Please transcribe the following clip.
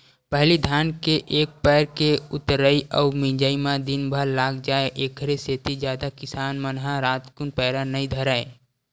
पहिली धान के एक पैर के ऊतरई अउ मिजई म दिनभर लाग जाय ऐखरे सेती जादा किसान मन ह रातकुन पैरा नई धरय